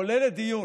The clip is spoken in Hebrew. עולה לדיון.